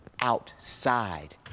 outside